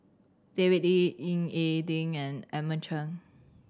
David Lee Ying E Ding and Edmund Cheng